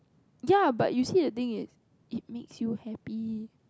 ya but you see the thing is it makes you happy